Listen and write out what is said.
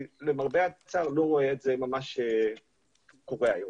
למרבה הצער אני לא רואה את זה ממש קורה היום.